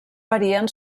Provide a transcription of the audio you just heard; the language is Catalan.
varien